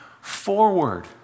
forward